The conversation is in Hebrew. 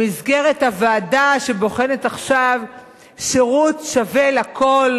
במסגרת הוועדה שבוחנת עכשיו שירות שווה לכול,